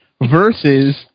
versus